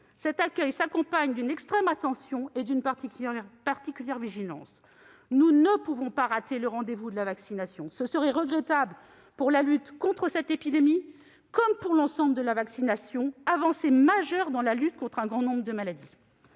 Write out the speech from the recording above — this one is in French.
Cet accueil s'accompagne d'une extrême attention et d'une particulière vigilance. Nous ne pouvons pas rater le rendez-vous de la vaccination : ce serait regrettable pour la lutte contre cette épidémie comme pour l'ensemble de la vaccination, avancée majeure dans la lutte contre un grand nombre de maladies.